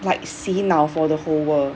like 洗脑 for the whole world